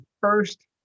first